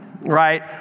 right